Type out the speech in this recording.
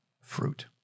fruit